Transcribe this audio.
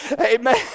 Amen